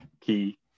key